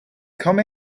come